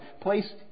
placed